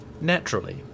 Naturally